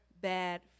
bad